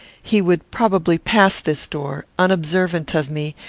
he would probably pass this door, unobservant of me,